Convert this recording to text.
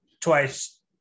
twice